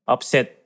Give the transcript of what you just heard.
Upset